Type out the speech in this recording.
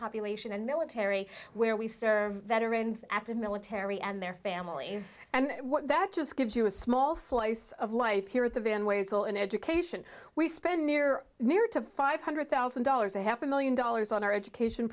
population and military where we serve veterans active military and their families and what that just gives you a small slice of life here at the van ways all in education we spend near near to five hundred thousand dollars a half a million dollars on our education